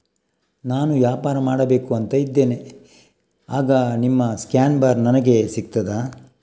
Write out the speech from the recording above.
ನಾನು ವ್ಯಾಪಾರ ಮಾಡಬೇಕು ಅಂತ ಇದ್ದೇನೆ, ಆಗ ನಿಮ್ಮ ಸ್ಕ್ಯಾನ್ ಬಾರ್ ನನಗೆ ಸಿಗ್ತದಾ?